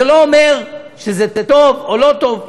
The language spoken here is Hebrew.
זה לא אומר שזה טוב או לא טוב.